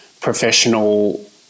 professional